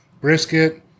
brisket